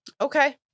Okay